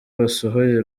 basohoye